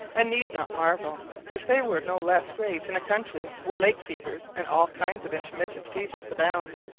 and need not marvel if they were no less great in a country where lake-fevers and all kinds of intermittent fevers abound.